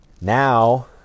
Now